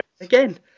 Again